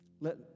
let